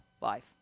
life